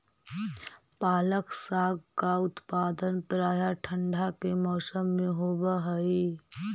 पालक साग का उत्पादन प्रायः ठंड के मौसम में होव हई